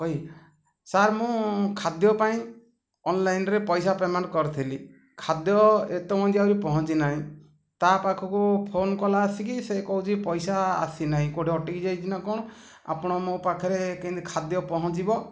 ଭାଇ ସାର୍ ମୁଁ ଖାଦ୍ୟ ପାଇଁ ଅନଲାଇନ୍ରେ ପଇସା ପେମେଣ୍ଟ କରିଥିଲି ଖାଦ୍ୟ ଏତେ ଆହୁରି ପହଞ୍ଚି ନାହିଁ ତା ପାଖକୁ ଫୋନ୍ କଲା ଆସିକି ସେ କହୁଛି ପଇସା ଆସିନାହିଁ କେଉଁଠି ଅଟିକି ଯାଇଛି ନା କ'ଣ ଆପଣ ମୋ ପାଖରେ କେମିତି ଖାଦ୍ୟ ପହଞ୍ଚିବ